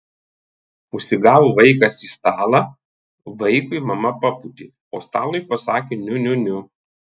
užsigavo vaikas į stalą vaikui mama papūtė o stalui pasakė niu niu niu